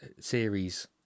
series